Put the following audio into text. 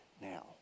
now